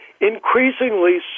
increasingly